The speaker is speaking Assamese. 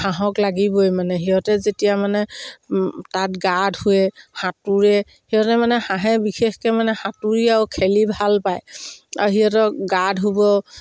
হাঁহক লাগিবই মানে সিহঁতে যেতিয়া মানে ম তাত গা ধুৱে সাঁতোৰে সিহঁতে মানে হাঁহে বিশেষকৈ মানে সাঁতুৰি আৰু খেলি ভাল পায় আৰু সিহঁতক গা ধুব